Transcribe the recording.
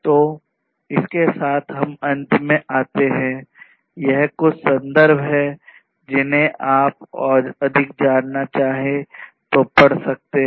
तो इस के साथ हम अंत में आते हैं यह कुछ संदर्भ है जिन्हें आप और अधिक जानना चाहें तो पढ़ सकते हैं